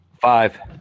Five